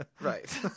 Right